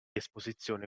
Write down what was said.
esposizione